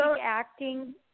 acting